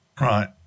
Right